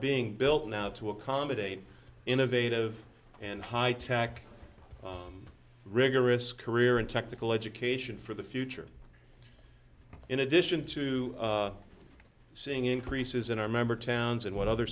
being built now to accommodate innovative and high tech rigorous career and technical education for the future in addition to seeing increases in our member towns and what other